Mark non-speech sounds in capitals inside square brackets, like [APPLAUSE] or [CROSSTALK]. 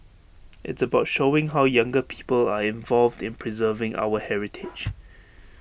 it's about showing how younger people are involved in preserving our heritage [NOISE]